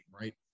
right